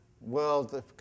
world